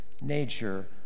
nature